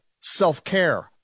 self-care